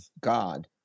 God